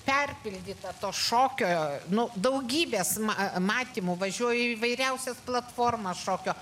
perpildyta to šokio nu daugybės ma matymų važiuoji įvairiausias platformas šokio